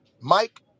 Mike